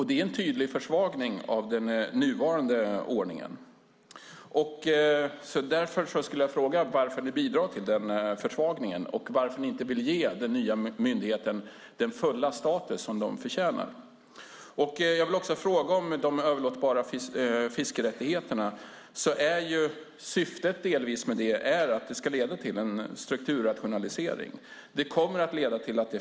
Det är en tydlig försvagning av den nuvarande ordningen. Varför bidrar ni till denna försvagning och varför vill ni inte ge den nya myndigheten den fulla status den förtjänar? Jag vill också fråga om de överlåtbara fiskerättigheterna. Syftet är att detta ska leda till en strukturrationalisering.